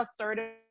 assertive